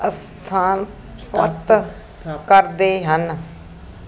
ਸਥਾਨ ਸਥਾਪਿਤ ਕਰਦੇ ਹਨ